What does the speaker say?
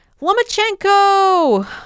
lomachenko